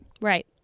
Right